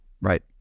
Right